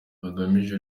bagamije